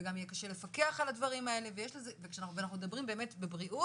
גם יהיה קשה לפקח על הדברים האלה ואנחנו מדברים באמת בבריאות